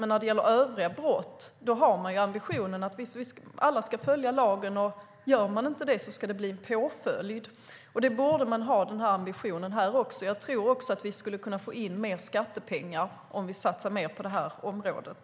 När det gäller övriga brott har vi ambitionen att alla ska följa lagen. Gör man inte det ska det bli en påföljd. Vi borde ha den ambitionen också här. Jag tror att vi skulle kunna få in mer skattepengar om vi satsar mer på området.